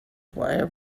were